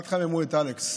אל תחממו את אלכס.